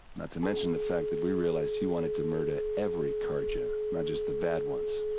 not to mention the fact that we realized he wanted to murder. every carja. not just the bad ones.